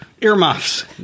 Earmuffs